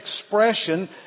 expression